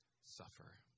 suffer